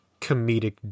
comedic